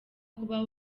kuba